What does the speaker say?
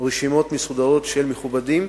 רשימות מסודרות של מכובדים,